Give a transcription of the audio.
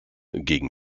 gegen